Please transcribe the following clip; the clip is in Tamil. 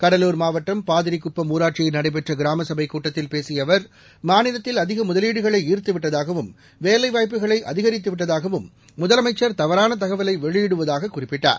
கடலூர் மாவட்டம் பாதிரிகுப்பம் ஊராட்சியில் நடைபெற்ற கிராமசபைக் கூட்டத்தில் பேசிய அவர் மாநிலத்தில் அதிக முதலீடுகளை ஈர்த்துவிட்டதாகவும் வேலை வாய்ப்புகளை அதிகரித்து விட்டதாகவும் முதலமைச்சர் தவறான தகவலை வெளியிடுவதாகக் குறிப்பிட்டார்